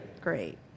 Great